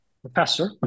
Professor